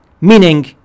meaning